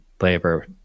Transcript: labor